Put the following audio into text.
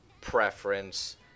preference